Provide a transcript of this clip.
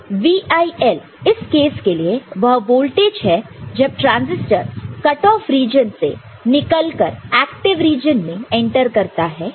VIL इस केस के लिए वह वोल्टेज है जब ट्रांजिस्टर कट ऑफ रीजन से निकलकर एक्टिव रीजन में एंटर करता है